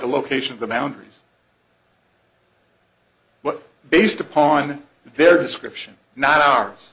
the location of the mounties but based upon their description not ours